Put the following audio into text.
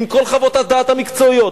עם כל חוות הדעת המקצועיות.